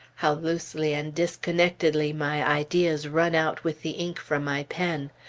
how loosely and disconnectedly my ideas run out with the ink from my pen!